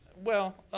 well,